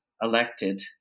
elected